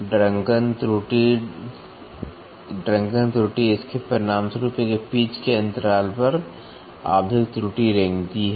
drunken त्रुटि drunken त्रुटि इसके परिणामस्वरूप एक पिच के अंतराल पर आवधिक त्रुटि रेंगती है